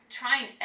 trying